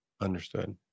Understood